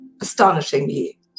Astonishingly